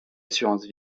assurance